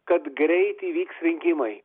kad greit vyks rinkimai